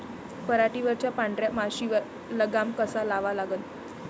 पराटीवरच्या पांढऱ्या माशीवर लगाम कसा लावा लागन?